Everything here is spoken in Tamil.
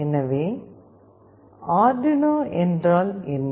எனவே அர்டுயினோ என்றால் என்ன